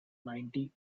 ninety